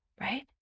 right